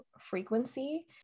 frequency